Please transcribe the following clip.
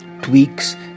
tweaks